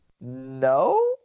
No